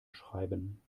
schreiben